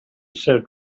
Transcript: said